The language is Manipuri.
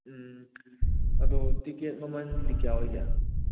ꯎꯝ ꯑꯗꯣ ꯇꯤꯛꯀꯦꯠ ꯃꯃꯜꯗꯤ ꯀꯌꯥ ꯑꯣꯏꯒꯦ